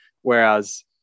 whereas